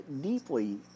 deeply